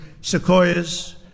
sequoias